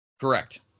Correct